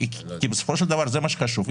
בסופו של דבר, זה מה שחשוב.